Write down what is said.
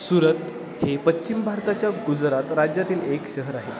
सुरत हे पश्चिम भारताच्या गुजरात राज्यातील एक शहर आहे